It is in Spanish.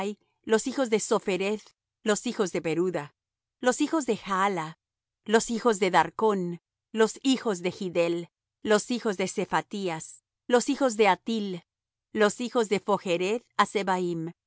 los hijos de sophereth los hijos de peruda los hijos de jaala lo hijos de darcón los hijos de giddel los hijos de sephatías los hijos de hatil los hijos de phochreth hassebaim los hijos de